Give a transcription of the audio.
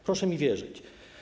Proszę mi wierzyć.